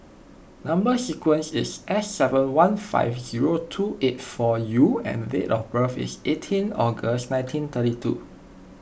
Number Sequence is S seven one five zero two eight four U and date of birth is eighteen August nineteen thirty two